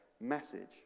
Message